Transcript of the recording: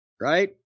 right